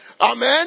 Amen